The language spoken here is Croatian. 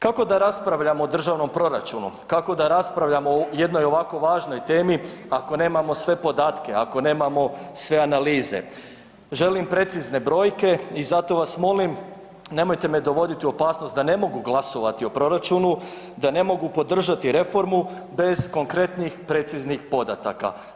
Kako da raspravljamo o državnom proračunu, kako da raspravljamo o jednoj ovako važnoj temi ako nemamo sve podatke, ako nemamo sve analize, želim precizne brojke i zato vas molim nemojte me dovoditi u opasnost da ne mogu glasovati o proračunu, da ne mogu podržati reformu bez konkretnih, preciznih podataka.